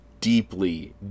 deeply